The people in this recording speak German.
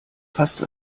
fast